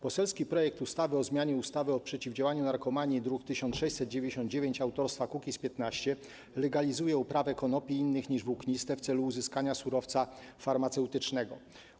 Poselski projekt ustawy o zmianie ustawy o przeciwdziałaniu narkomani, druk nr 1699, autorstwa klubu Kukiz’15, legalizuje uprawę konopi innych niż włókniste w celu uzyskania surowca farmaceutycznego.